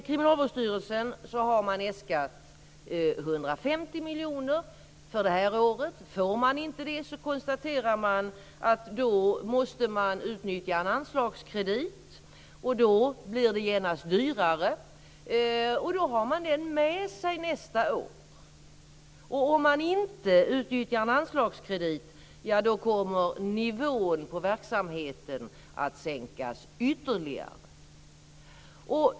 Kriminalvårdsstyrelsen har äskat om 150 miljoner kronor för det här året. Får man inte det konstaterar man att man måste utnyttja en anslagskredit. Då blir det genast dyrare. Då tar man den med sig nästa år. Om man inte utnyttjar en anslagskredit, kommer nivån på verksamheten att sänkas ytterligare.